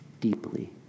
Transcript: deeply